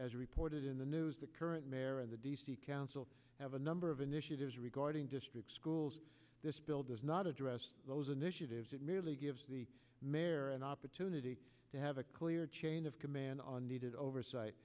as reported in the news the current mayor and the d c council have a number of initiatives regarding district schools this bill does not address those initiatives it merely gives the mayor an opportunity to have a clear chain of command on needed oversight